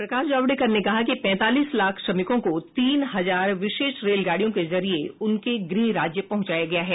प्रकाश जावड़ेकर ने कहा कि पैंतालीस लाख श्रमिकों को तीन हजार विशेष रेलगाड़ियों के जरिए उनके गृह राज्य पहुंचाया गया है